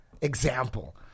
example